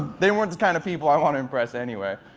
they weren't the kind of people i want to impress anyway.